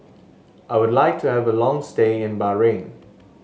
I would like to have a long stay in Bahrain